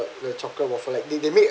the chocolate waffle like they they make